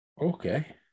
Okay